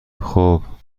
خوب